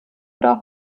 oder